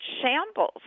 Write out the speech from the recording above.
shambles